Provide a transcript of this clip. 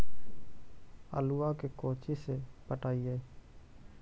आलुआ के कोचि से पटाइए?